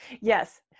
Yes